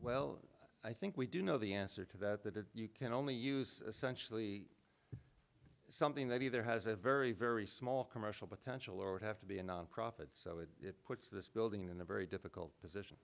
well i think we do know the answer to that that you can only use sensually something that either has a very very small commercial potential or would have to be a nonprofit so it puts this building in a very difficult position